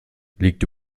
liegt